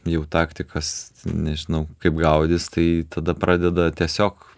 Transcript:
jų taktikas nežinau kaip gaudys tai tada pradeda tiesiog